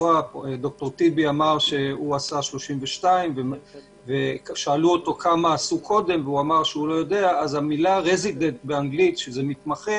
טיבי אמר שהוא עשה 32. המילה רזידנט לתיאור מתמחה